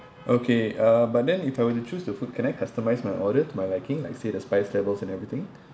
okay uh but then if I were to choose the food can I customise my order to my liking like say the spice levels and everything